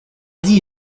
dit